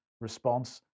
response